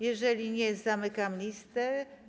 Jeżeli nie, zamykam listę.